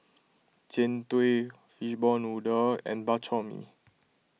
Jian Dui Fishball Noodle and Bak Chor Mee